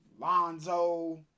Lonzo